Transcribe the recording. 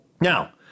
Now